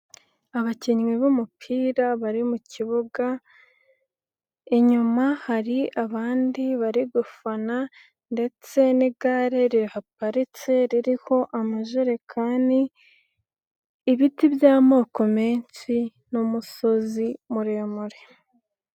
Abakinnyi b'umupira bari mu kibuga inyuma hari abandi bari gufana ndetse n'igare rihaparitse ririho amajerekani, ibiti by'amoko menshi n'umusozi muremure.